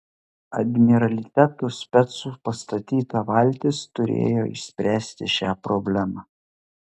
admiraliteto specų pastatyta valtis turėjo išspręsti šią problemą